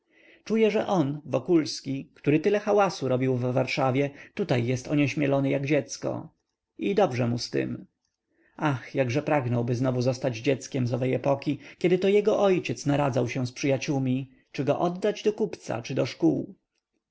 czuje że on wokulski który tyle hałasu robił w warszawie tutaj jest onieśmielony jak dziecko i dobrze mu z tem ach jakże pragnąłby znowu zostać dzieckiem z owej epoki kiedyto jego ojciec naradzał się z przyjaciółmi czy go oddać do kupca czy do szkół